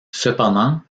cependant